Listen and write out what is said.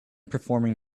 performing